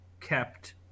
kept